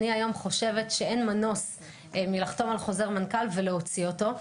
אני היום חושבת שאין מנוס מלחתום על חוזר מנכ"ל ולהוציא אותו,